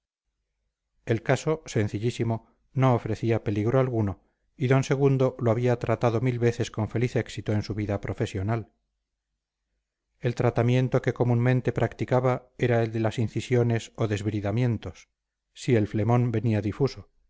el caso sencillísimo no ofrecía peligro alguno y d segundo lo había tratado mil veces con feliz éxito en su vida profesional el tratamiento que comúnmente practicaba era el de las incisiones o desbridamientos si el flemón venía difuso